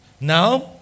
Now